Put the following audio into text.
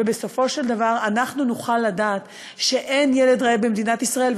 ובסופו של דבר אנחנו נוכל לדעת שאין ילד רעב במדינת ישראל.